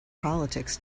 politics